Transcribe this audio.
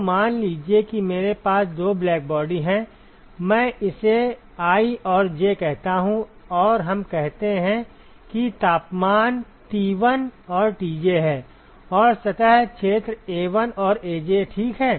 तो मान लीजिए कि मेरे पास दो ब्लैक बॉडी हैं मैं इसे i और j कहता हूं और हम कहते हैं कि तापमान Ti और Tj हैं और सतह क्षेत्र Ai और Aj ठीक है